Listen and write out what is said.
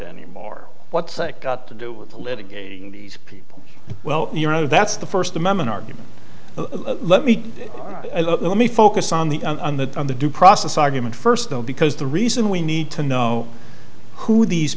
anymore what's that got to do with the little people well you know that's the first amendment argument let me let me focus on the on the on the due process argument first though because the reason we need to know who these